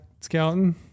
scouting